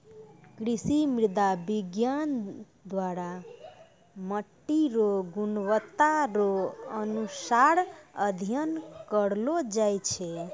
कृषि मृदा विज्ञान द्वरा मट्टी रो गुणवत्ता रो अनुसार अध्ययन करलो जाय छै